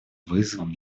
вызовом